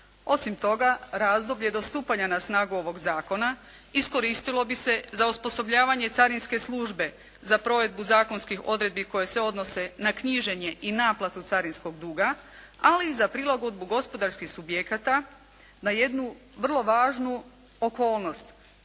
Osim toga razdoblje do stupanja na snagu ovog zakona iskoristilo bi se za osposobljavanje carinske službe za provedbu zakonskih odredbi koje se odnose na knjiženje i naplatu carinskog duga, ali i za prilagodbu gospodarskih subjekata na jednu vrlo važnu okolnost